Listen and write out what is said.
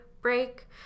break